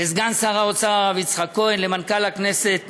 לסגן שר האוצר הרב יצחק כהן, למנכ"ל הכנסת